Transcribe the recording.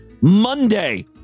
Monday